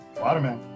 Waterman